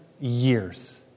years